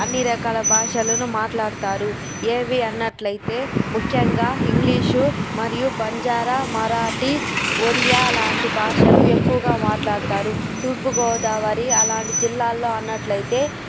అన్ని రకాల భాషలను మాట్లాడుతారు ఏవి అన్నట్లు అయితే ముఖ్యంగా ఇంగ్లీషు మరియు బంజారా మరాఠీ ఒరియా లాంటి భాషలు ఎక్కువగా మాట్లాడుతారు తూర్పుగోదావరి అలాంటి జిల్లాల్లో అన్నట్లు అయితే